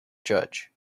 judge